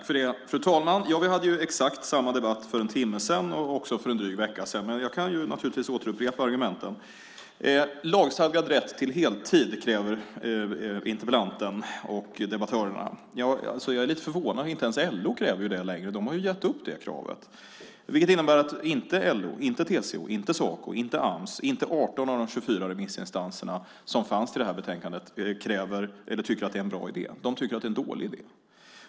Fru talman! Ja, vi hade ju exakt samma debatt för en timme sedan och också för en dryg vecka sedan, man jag kan naturligtvis återupprepa argumenten. Lagstadgad rätt till heltid, kräver interpellanten och debattörerna. Jag är lite förvånad. Inte ens LO kräver ju det längre. De har ju gett upp det kravet. Det innebär att inte LO, inte TCO, inte Saco, inte Ams - inte 18 av de 24 remissinstanser som fanns till det här betänkandet tycker att det är en bra idé. De tycker att det är en dålig idé.